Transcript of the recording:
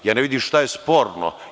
Ja ne vidim šta je sporno.